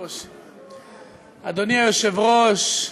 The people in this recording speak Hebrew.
אדוני היושב-ראש,